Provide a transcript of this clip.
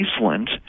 iceland